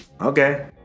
Okay